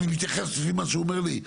אני מתייחס לפי מה שהוא אומר לי,